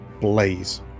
blaze